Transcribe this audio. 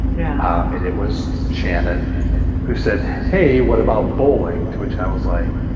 yeah and it was shannon who said hey, what about bowling? to which i was like